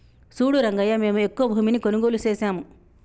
సూడు రంగయ్యా మేము ఎక్కువ భూమిని కొనుగోలు సేసాము